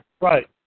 Right